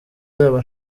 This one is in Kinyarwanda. nzaba